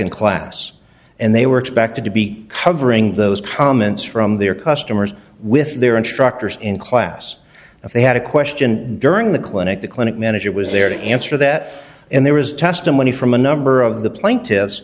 in class and they were expected to be covering those comments from their customers with their instructors in class if they had a question during the clinic the clinic manager was there to answer that and there was testimony from a number of the plaintiffs